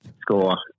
score